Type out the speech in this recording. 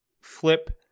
flip